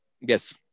yes